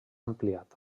ampliat